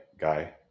guy